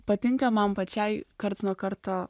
patinka man pačiai karts nuo karto